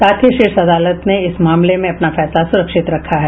साथ ही शीर्ष अदालत ने इस मामले में अपना फैसला सुरक्षित रखा है